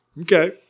Okay